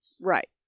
Right